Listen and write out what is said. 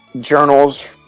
journals